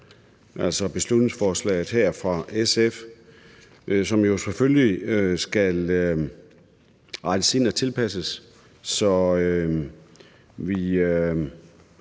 altså om beslutningsforslaget her fra SF, som jo selvfølgelig skal rettes ind og tilpasses, så vi